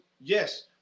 Yes